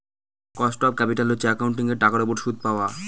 cost of capital হচ্ছে একাউন্টিঙের টাকার উপর সুদ পাওয়া